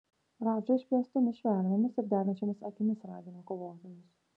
radža išplėstomis šnervėmis ir degančiomis akimis ragino kovotojus